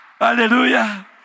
Hallelujah